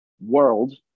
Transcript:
world